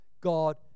God